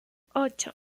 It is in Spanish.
ocho